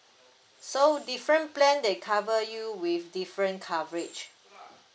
so different plan they cover you with different coverage